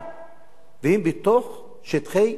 והם בתוך שטחי מדינת ישראל.